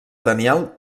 daniel